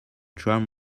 tram